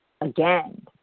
again